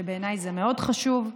שבעיניי זה מאוד חשוב,